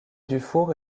dufour